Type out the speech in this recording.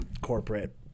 corporate